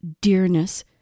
dearness